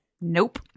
Nope